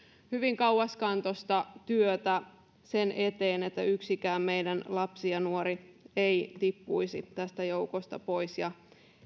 hyvin kauaskantoista työtä sen eteen että yksikään meidän lapsi ja nuori ei tippuisi tästä joukosta pois ja